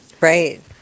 Right